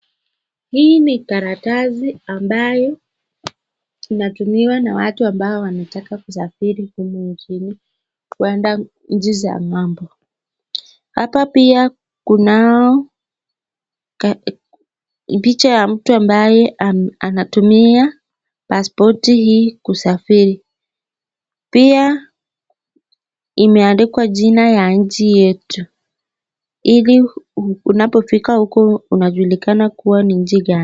Hii ni karatasi ambayo inatumiwa na watu ambao wametaka kusafiri kwenye humu nchini kuenda nchi za ngambo. Hapo jini pia kunao pija ambaye anatumia paspoti hii kusafiri pia imeandikwa jina ya nchi yetu ili unapofika huko unajulikana kuwa ni nchi gani.